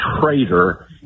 traitor